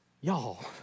Y'all